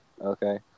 Okay